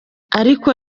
ariko